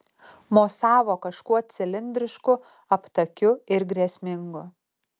mosavo kažkuo cilindrišku aptakiu ir grėsmingu